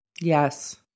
Yes